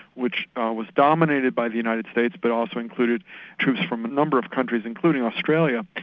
which was dominated by the united states but also included troops from a number of countries, including australia,